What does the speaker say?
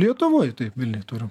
lietuvoj taip vilniuj turim